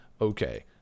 okay